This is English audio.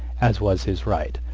as was his right,